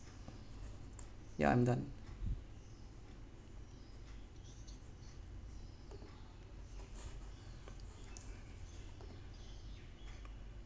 ya I'm done